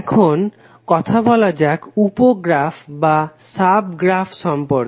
এখন কথা বলা যাক উপ গ্রাফ সম্পর্কে